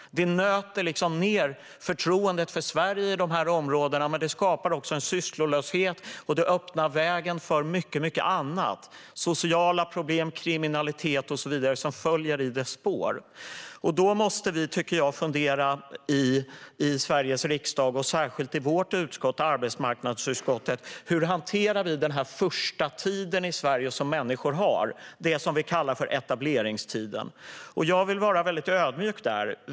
Det nöter ned förtroendet för Sverige i de här områdena, men det skapar också en sysslolöshet, och det öppnar vägen för mycket annat - sociala problem, kriminalitet och så vidare - som följer i spåren. Då måste vi, tycker jag, fundera i Sveriges riksdag och särskilt i vårt utskott, arbetsmarknadsutskottet, på hur vi ska hantera den första tid som människor har i Sverige, det som vi kallar för etableringstiden. Jag vill vara mycket ödmjuk där.